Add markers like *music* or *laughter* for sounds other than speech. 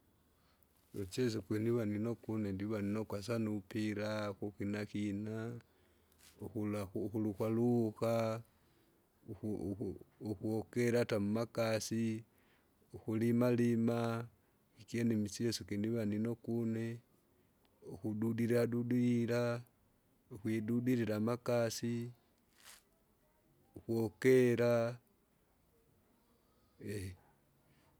Isiso kwenivani nukwa une ndiva ndinokwa sana upira, kukinakina, ukulaku ukulukwaluka, uku- uku- ukukila ata mmakasi, ukulimalima. Ikyene imichieso ikiniva ninoku une, ukududilia dudilila, ukwidudilila amakasi, ukokela. *hesitation*